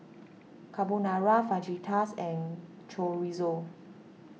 Carbonara Fajitas and Chorizo